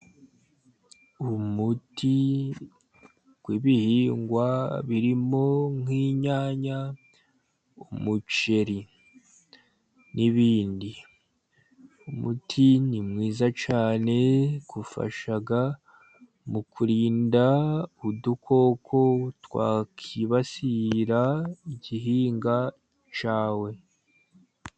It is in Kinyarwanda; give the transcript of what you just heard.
Umuti w’ibihingwa birimo nk’inyanya, umuceri n’ibindi. Umuti ni mwiza cyane, ufasha mu kurinda udukoko twakwibasira igihingwa cyawe.